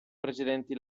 precedenti